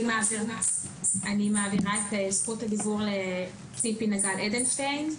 אני מעבירה את זכות הדיבור לציפי נגל אדלשטיין,